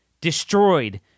destroyed